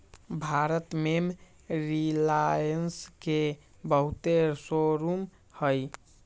भारत में रिलाएंस के बहुते शोरूम हई